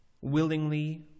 willingly